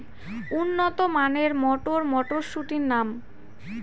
উন্নত মানের মটর মটরশুটির নাম?